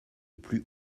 plus